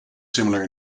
similar